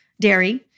dairy